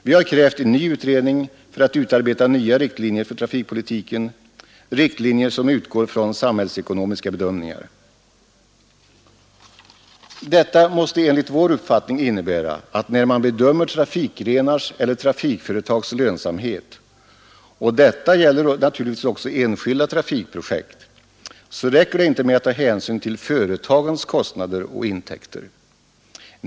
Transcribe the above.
Vi har krävt en ny utredning för att utarbeta nya riktlinjer för trafikpolitiken, riktlinjer som utgår från samhällsekonomiska bedömningar. När man bedömer trafikgrenars eller trafikföretags lönsamhet — och detta gäller naturligtvis också enskilda trafikprojekt — så räcker det inte med att ta hänsyn till företagens kostnader och intäkter.